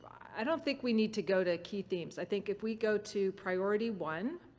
i don't think we need to go to key themes. i think if we go to priority one,